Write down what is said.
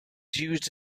used